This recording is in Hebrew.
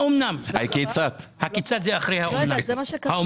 אתה עונה.